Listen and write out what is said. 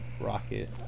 Rocket